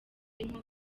nko